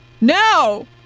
No